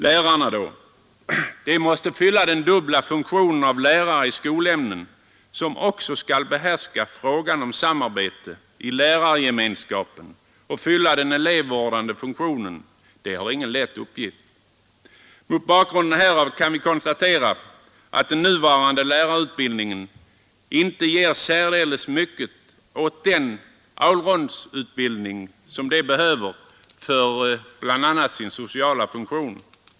Lärarna måste både vara lärare i skolämnen, vilket förutsätter att de också behärskar frågan om samarbete i lärargemenskapen, och fylla den elevvårdande funktionen. De har ingen lätt uppgift. Mot bakgrunden härav kan vi konstatera att den nuvarande lärarutbildningen inte ger särdeles mycket av den allround-kunskap lärarna behöver för sin sociala funktion.